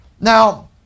Now